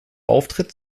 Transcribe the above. auftritt